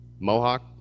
Mohawk